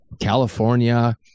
California